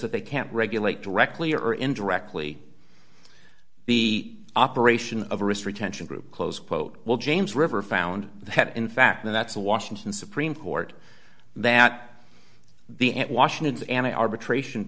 that they can't regulate directly or indirectly be operation of a risk retention group close quote well james river found that in fact that's the washington supreme court that the ant washington is an arbitration